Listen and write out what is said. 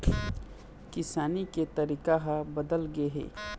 किसानी के तरीका ह बदल गे हे